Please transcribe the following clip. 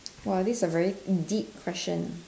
!wah! this is a very in deep question